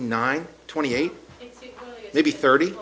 nine twenty eight maybe thirty